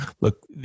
Look